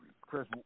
Chris